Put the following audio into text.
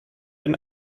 and